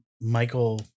Michael